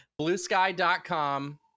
bluesky.com